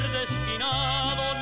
destinado